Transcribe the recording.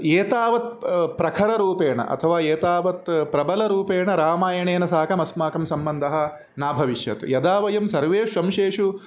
एतावत् प्रखररूपेण अथवा एतावत् प्रबलरूपेण रामायणेन साकम् अस्माकं सम्बन्धः न भविष्यति यदा वयं सर्वेषु अंशेषु